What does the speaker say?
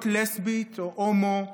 להיות לסבית או הומו,